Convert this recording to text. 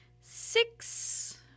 Six